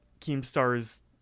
Keemstar's